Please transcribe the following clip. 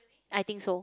I think so